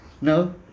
No